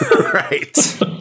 Right